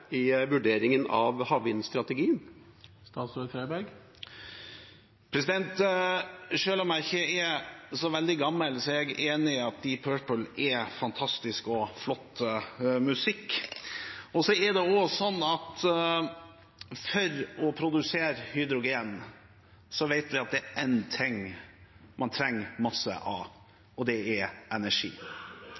i vurderingen av havvindstrategien? Selv om jeg ikke er så veldig gammel, er jeg enig i at Deep Purple er fantastisk og flott musikk. For å produsere hydrogen vet vi at det er én ting man trenger mye av, og det er energi.